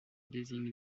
désigne